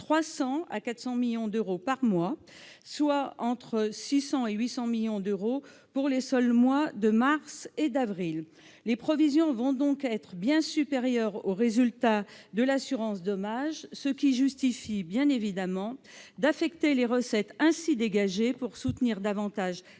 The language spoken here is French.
300 et 400 millions d'euros par mois, soit entre 600 et 800 millions d'euros pour les seuls mois de mars et d'avril. Leurs provisions vont donc être bien supérieures aux résultats de l'assurance dommage, ce qui justifie d'affecter les recettes ainsi dégagées au soutien des